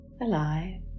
alive